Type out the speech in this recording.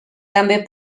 també